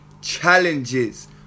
challenges